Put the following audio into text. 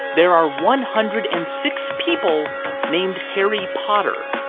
there are one hundred and six people named harry potter.